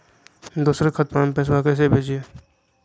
दोसर खतबा में पैसबा कैसे भेजिए?